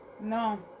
No